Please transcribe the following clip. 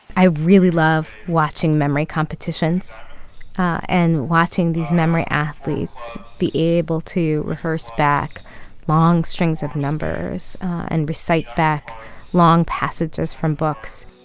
i really love watching memory competitions and watching these memory athletes be able to rehearse back long strings of numbers and recite back long passages from books.